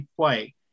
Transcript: play